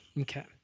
Okay